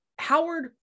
Howard